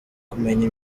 kumenya